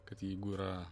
kad jeigu yra